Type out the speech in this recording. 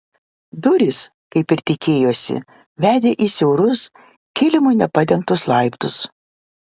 durys kaip ir tikėjosi vedė į siaurus kilimu nepadengtus laiptus